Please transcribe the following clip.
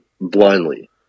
blindly